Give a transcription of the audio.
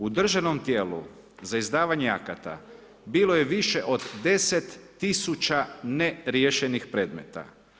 U državnom tijelu uza izdavanje akata bilo je više od 10 000 neriješenih predmeta.